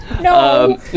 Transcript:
No